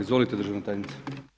Izvolite državna tajnice.